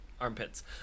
armpits